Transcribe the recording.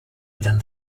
then